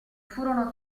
furono